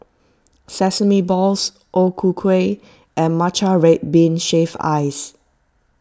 Sesame Balls O Ku Kueh and Matcha Red Bean Shaved Ice